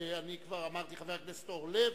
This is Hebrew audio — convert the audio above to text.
כבר אמרתי: עכשיו חבר הכנסת אורלב.